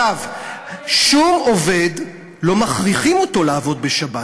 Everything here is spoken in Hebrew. אגב, שום עובד, לא מכריחים אותו לעבוד בשבת.